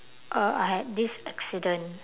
uh I had this accident